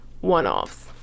one-offs